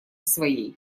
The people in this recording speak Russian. своей